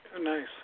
Nice